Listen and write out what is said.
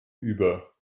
über